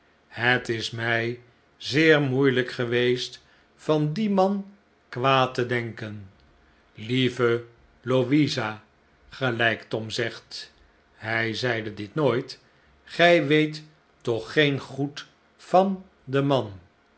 het is mij zeer moeielijk geweest van dien man kwaad te denken lieve louisa gelijk tom zegt hij zeide dit nooit gij weet toch geen goed van den man